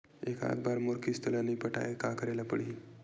एकात बार मोर किस्त ला नई पटाय का करे ला पड़ही?